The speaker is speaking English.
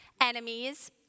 enemies